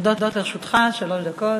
עומדות לרשותך שלוש דקות.